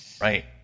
Right